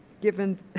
given